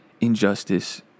injustice